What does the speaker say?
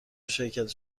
شرکت